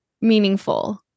meaningful